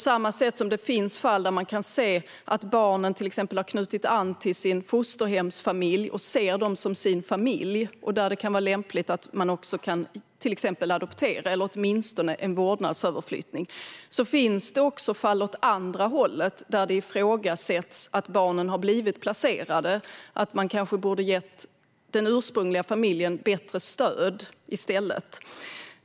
Det finns fall där man kan se att barnen till exempel har knutit an till sin fosterhemsfamilj och ser dem som sin familj, och där kan det vara lämpligt att adoptera eller åtminstone göra en vårdnadsöverflyttning. På samma sätt finns det fall som ligger åt andra hållet, där det ifrågasätts att barnen har blivit placerade och man kanske borde ha gett den ursprungliga familjen bättre stöd i stället.